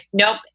Nope